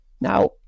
now